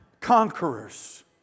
conquerors